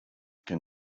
can